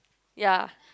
ya